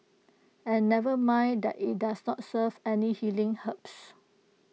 and never mind that IT does not serve any healing herbs